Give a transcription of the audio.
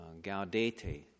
Gaudete